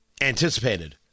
anticipated